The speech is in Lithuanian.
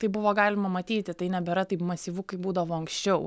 tai buvo galima matyti tai nebėra taip masyvu kaip būdavo anksčiau